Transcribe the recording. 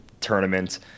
tournament